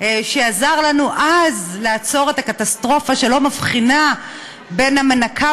שעזר לנו אז לעצור את הקטסטרופה שלא מבחינה בין המנקה